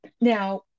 now